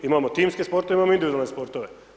Imamo timske sportove, imamo individualne sportove.